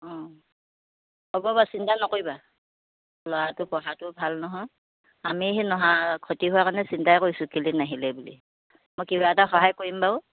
অ' হ'ব বাৰু চিন্তা নকৰিবা ল'ৰাটো পঢ়াতো ভাল নহয় আমি সি নহা খতি হোৱা কাৰণে চিন্তাই কৰিছোঁ কেলে নাহিল বুলি মই কিবা এটা সহায় কৰিম বাৰু